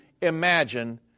imagine